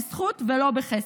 בזכות ולא בחסד.